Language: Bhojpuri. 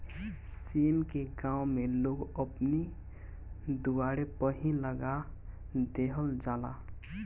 सेम के गांव में लोग अपनी दुआरे पअ ही लगा देहल जाला